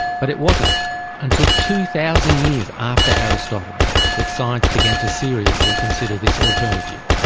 but it wasn't until two thousand years after aristotle that science began to seriously consider this alternative.